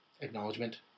acknowledgement